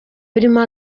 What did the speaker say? birimo